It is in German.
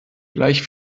gleich